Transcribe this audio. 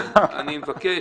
עודד, אני מבקש.